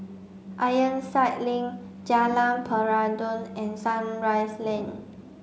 Ironside Link Jalan Peradun and Sunrise Lane